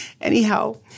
Anyhow